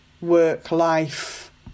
work-life